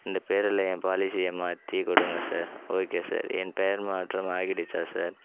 இந்த பேரில் என் பாலிசியை மாற்றிக் கொடுங்க சார் ஓகே சார் என் பெயர் மாற்றம் ஆகிடுச்சா சார்